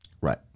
Right